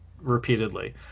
repeatedly